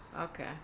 Okay